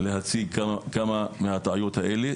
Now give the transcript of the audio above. להציג כמה מהטעויות האלה,